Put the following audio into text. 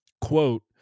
quote